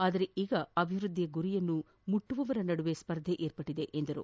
ಆದರೆ ಈಗ ಅಭಿವೃದ್ದಿಯ ಗುರಿಯನ್ನು ಮುಟ್ಟುವವರ ನಡುವೆ ಸ್ಪರ್ಧೆ ಏರ್ಪಟ್ಟಿದೆ ಎಂದರು